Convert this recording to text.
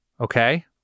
okay